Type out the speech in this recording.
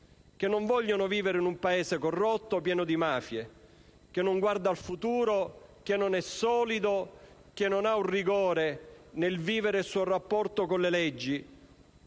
che non vogliono vivere in un Paese corrotto e pieno di mafie, che non guarda al futuro e non è solido, che non ha un rigore nel vivere il suo rapporto con le leggi.